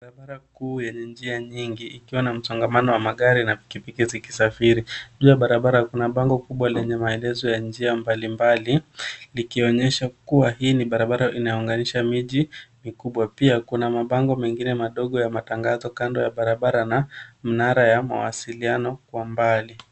Barabara kuu yenye njia nyingi ikiwa na msongamano wa magari na pikipiki zikisafiri. Juu ya barabara kuna bango kubwa lenye maelezo ya njia mbalimbali, likionyesha kuwa hii ni barabara inayounganisha miji mikubwa. Pia kuna mabango mengine madogo ya matangazo kando ya barabara na mnara ya mawasiliano kwa mbali.